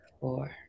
four